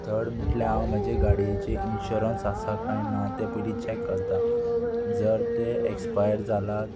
third म्हटल्यार हांव म्हजे गाडयेचें इन्शुरंस आसा काय ना तें पयलीं चॅक करता जर तें एक्सपायर्ड जालां